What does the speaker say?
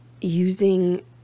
using